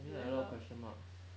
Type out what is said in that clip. then have a lot of questions marks